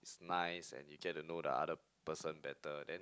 nice and you get to know the other person better then